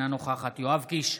אינה נוכחת יואב קיש,